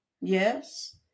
Yes